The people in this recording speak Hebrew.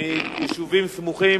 מיישובים סמוכים,